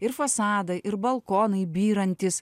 ir fasadai ir balkonai byrantys